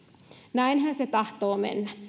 näinhän se se tahtoo mennä